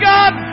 God